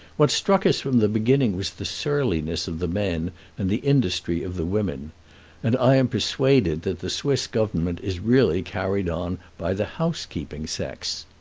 what struck us from the beginning was the surliness of the men and the industry of the women and i am persuaded that the swiss government is really carried on by the house-keeping sex.